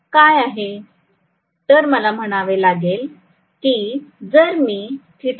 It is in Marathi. तर मला म्हणावे लागेल की जर मी θ